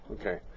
okay